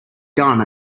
gun